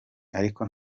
ariko